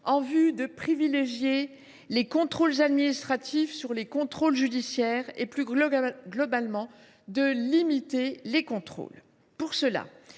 en vue de privilégier les contrôles administratifs par rapport aux contrôles judiciaires et, plus globalement, de limiter les contrôles. Pour cela,